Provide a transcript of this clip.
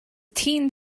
teen